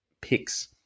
picks